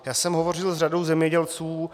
Já jsem hovořil s řadou zemědělců.